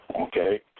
Okay